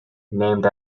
named